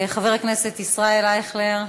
חבר הכנסת ישראל אייכלר,